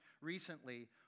recently